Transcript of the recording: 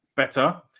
better